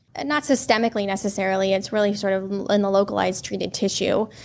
and not systemically, necessarily. it's really sort of in the localized treated tissue.